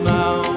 now